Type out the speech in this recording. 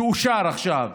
שאושר עכשיו,